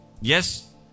Yes